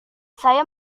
saya